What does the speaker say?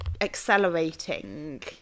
accelerating